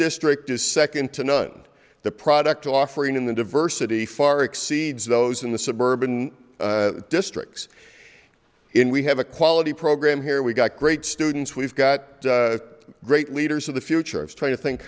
district is second to none the product offering in the diversity far exceeds those in the suburban districts in we have a quality program here we've got great students we've got great leaders of the future of trying to think